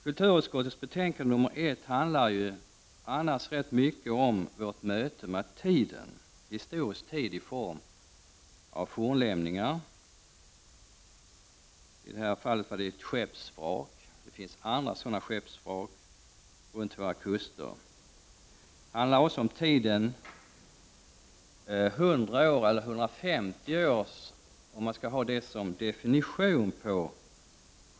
Kulturutskottets betänkande 1 handlar i övrigt ganska mycket om vårt möte med tiden — historisk tid i form av fornlämningar, i detta fall ett skeppsvrak. Det finns andra sådana skeppsvrak runt våra kuster. Det handlar också om huruvida ett skepp skall definieras som skeppsvrak efter 100 eller 150 år.